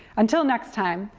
until next time,